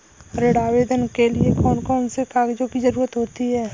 ऋण आवेदन करने के लिए कौन कौन से कागजों की जरूरत होती है?